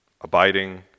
abiding